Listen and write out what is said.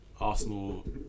Arsenal